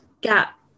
gap